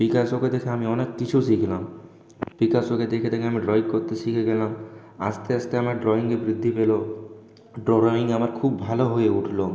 পিকাসোকে দেখে আমি অনেক কিছু শিখলাম পিকাসোকে দেখে দেখে আমি ড্রয়িং করতে শিখে গেলাম আস্তে আস্তে আমার ড্রয়িঙে বৃদ্ধি পেল ড্রয়িং আমার খুব ভালো হয়ে উঠলো